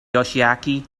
yoshiaki